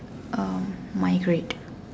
erm migrate